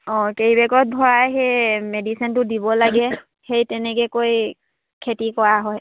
অঁ কেৰী বেগত ভৰাই সেই মেডিচিনটো দিব লাগে সেই তেনেকৈ কৰি খেতি কৰা হয়